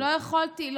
לא יכולתי.